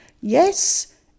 yes